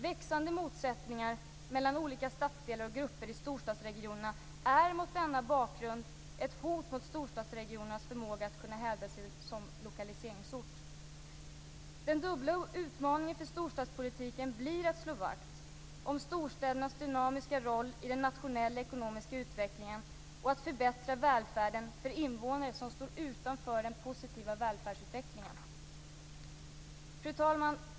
Växande motsättningar mellan olika stadsdelar och grupper i storstadsregionerna är mot denna bakgrund ett hot mot storstadsregionernas förmåga att hävda sig som lokaliseringsort. Den dubbla utmaningen för storstadspolitiken blir att slå vakt om storstädernas dynamiska roll i den nationella ekonomiska utvecklingen och att förbättra välfärden för invånare som står utanför den positiva välfärdsutvecklingen. Fru talman!